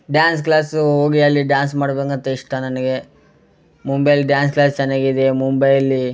dance class ಹೋಗಿ ಅಲ್ಲಿ dance ಮಾಡಬೇಕಂತ ಇಷ್ಟ ನನಗೆ ಮುಂಬೈಲ್ಲಿ ಡ್ಯಾನ್ಸ್ ಕ್ಲಾಸ್ ಚೆನ್ನಾಗಿದೆ ಮುಂಬೈಯಲ್ಲಿ